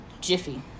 Jiffy